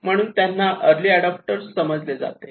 म्हणून त्यांना early adopter समजले जाते